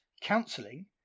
counselling